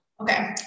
Okay